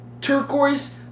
turquoise